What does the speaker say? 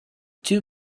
two